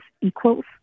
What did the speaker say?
equals